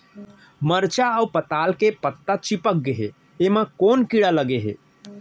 मरचा अऊ पताल के पत्ता चिपक गे हे, एमा कोन कीड़ा लगे है?